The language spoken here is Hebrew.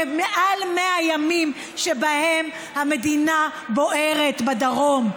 ומעל 100 ימים שבהם המדינה בוערת בדרום.